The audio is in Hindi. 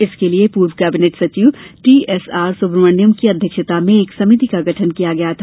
इसके लिए पूर्व कैबिनेट सचिव टीएसआर सुब्रमण्यम की अध्यक्षता में एक सभिति का गठन किया गया था